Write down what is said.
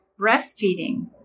breastfeeding